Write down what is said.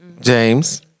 James